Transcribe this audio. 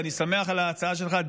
ואני שמח על ההצעה שלך,